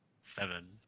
Seven